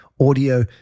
audio